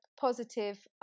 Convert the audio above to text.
positive